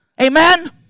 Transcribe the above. Amen